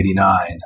1989